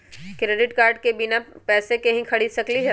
Credit card से बिना पैसे के ही खरीद सकली ह?